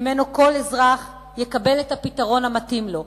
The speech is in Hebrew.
שממנו כל אזרח יקבל את הפתרון המתאים לו,